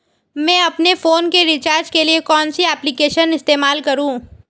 मैं अपने फोन के रिचार्ज के लिए कौन सी एप्लिकेशन इस्तेमाल करूँ?